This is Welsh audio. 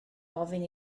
ofyn